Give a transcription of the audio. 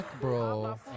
bro